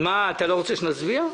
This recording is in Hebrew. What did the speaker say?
רוצה שנצביע?